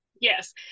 Yes